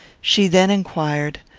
she then inquired,